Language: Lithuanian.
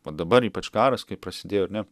o dabar ypač karas kai prasidėjo ar ne